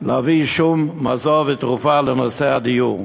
להביא שום מזור ותרופה בנושא הדיור.